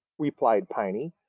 replied piney.